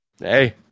hey